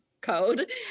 code